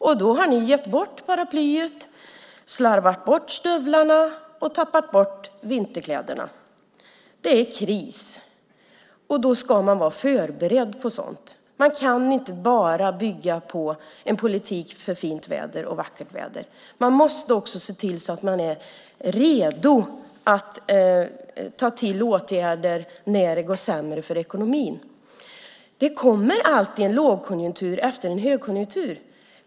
Men ni har gett bort paraplyet, slarvat bort stövlarna och tappat bort vinterkläderna. Det är kris, och då ska man vara förberedd på sådant. Man kan inte bygga en politik enbart för vackert väder, utan man måste också se till att man är redo att ta till åtgärder när ekonomin går sämre. Det kommer alltid en lågkonjunktur efter en högkonjunktur.